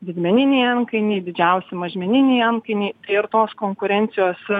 didmeniniai antkainiai didžiausi mažmeniniai antkainiai tai ir tos konkurencijos